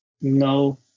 No